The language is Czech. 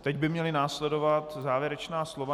Teď by měla následovat závěrečná slova.